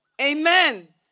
Amen